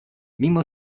mimo